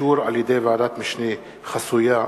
(אישור על-ידי ועדת משנה חסויה),